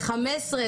15,